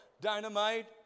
dynamite